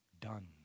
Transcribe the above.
done